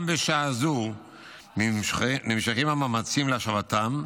גם בשעה זו נמשכים המאמצים להשבתם.